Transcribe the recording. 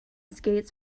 skates